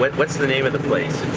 but what's the name of the place?